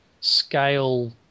scale